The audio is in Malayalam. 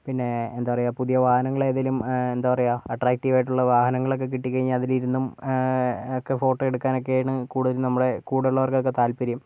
പിന്നേ എന്താ പറയാ പുതിയ വാഹനങ്ങൾ ഏതേലും എന്താ പറയാ അട്രാക്ടീവ് ആയിട്ടുള്ള വാഹനങ്ങളൊക്കെ കിട്ടിക്കഴിഞ്ഞാൽ അതിലിരുന്നും ഒക്കെ ഫോട്ടോയെടുക്കാൻ ഒക്കെയാണ് കൂടുതലും നമ്മുടെ കൂടെയുള്ളവർക്കൊക്കെ താല്പര്യം